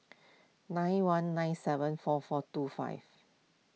nine one nine seven four four two five